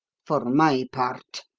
for my part,